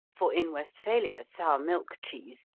for in westphalia sour-milk cheese,